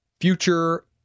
future